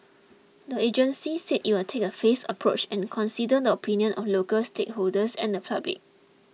the agency said it will take a phased approach and consider the opinions of local stakeholders and the public